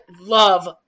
love